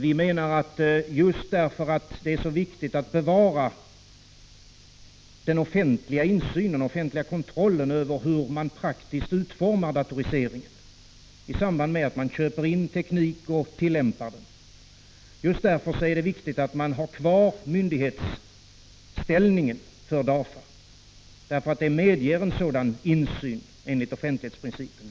Vi menar, just därför att det är så viktigt att bevara den offentliga insynen i och kontrollen över hur man praktiskt utformar datoriseringen i samband med att man köper in och tillämpar ny teknik, att det är väsentligt att DAFA:s myndighetsställning bevaras. Den medger nämligen insyn enligt offentlighetsprincipen.